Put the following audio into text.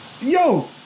Yo